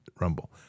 Rumble